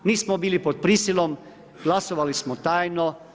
Nismo bili pod prisilom, glasovali smo tajno.